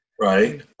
Right